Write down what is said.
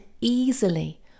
easily